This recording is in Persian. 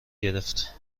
گرفت